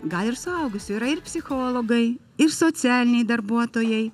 gal ir suaugusių yra ir psichologai ir socialiniai darbuotojai